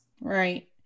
Right